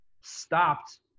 stopped